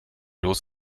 los